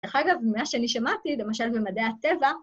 ‫דרך אגב, ממה שאני שמעתי, ‫למשל במדעי הטבע...